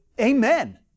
amen